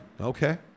Okay